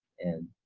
and